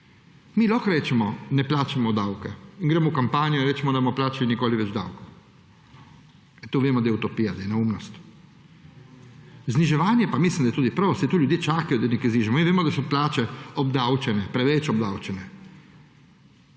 Mi lahko rečemo, da ne plačamo davke in gremo kampanjo, in rečemo, da ne bomo plačali nikoli več davkov. To vemo, da je utopija, da je neumnost. Za zniževanja pa mislim, da je tudi prav, saj to ljudje čakajo, da nekaj znižamo. Vemo, da so plače obdavčene, preveč obdavčene.